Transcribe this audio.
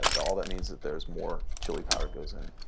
and all that means that there's more chili powder goes in.